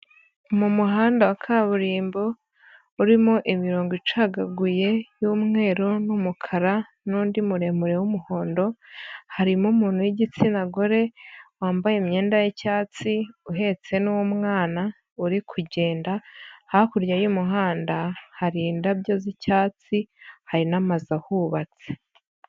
Mu muhanda wa kaburimbo, urimo imirongo icagaguye y'umweru n'umukara n'undi muremure w'umuhondo, harimo umuntu w'igitsina gore wambaye imyenda y'icyatsi uhetse n'umwana uri kugenda. Hakurya y'umuhanda, hari indabyo z'icyatsi, hari n'amazu ahubatse.